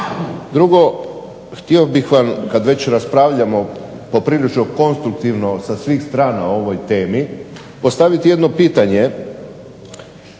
Drugo, htio bih vam kada već raspravljamo prilično konstruktivno sa svih strana o ovoj temi postaviti jedno pitanje.